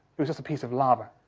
it was just a piece of lava.